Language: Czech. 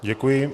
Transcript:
Děkuji.